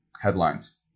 headlines